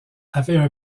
avaient